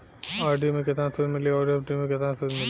RD मे केतना सूद मिली आउर एफ.डी मे केतना सूद मिली?